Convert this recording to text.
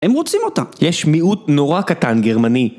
הם רוצים אותה. יש מיעוט נורא קטן גרמני.